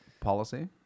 Policy